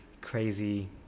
crazy